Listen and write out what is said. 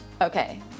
Okay